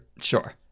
Sure